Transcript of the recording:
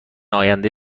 آینده